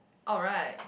alright